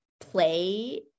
play